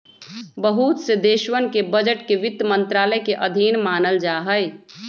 बहुत से देशवन के बजट के वित्त मन्त्रालय के अधीन मानल जाहई